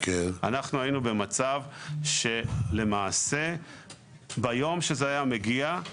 אנחנו היינו במצב שלמעשה ביום שכל החבילה הזאת הייתה מגיעה אלינו,